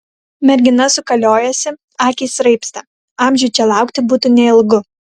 mergina sukaliojasi akys raibsta amžių čia laukti būtų neilgu